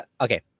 okay